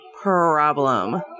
problem